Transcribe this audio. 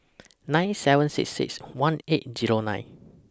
nine seven six six one eight Zero nine